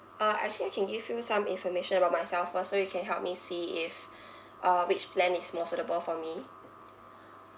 uh actually I can give you some information about myself first so you can help me see if uh which plan is more suitable for me